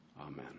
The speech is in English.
Amen